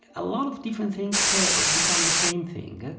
a lot of different things so become the same thing.